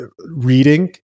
reading